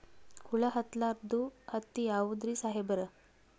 ಹುಳ ಹತ್ತಲಾರ್ದ ಹತ್ತಿ ಯಾವುದ್ರಿ ಸಾಹೇಬರ?